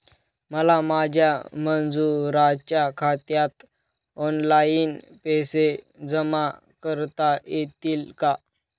मला माझ्या मजुरांच्या खात्यात ऑनलाइन पैसे जमा करता येतील का?